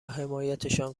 حمایتشان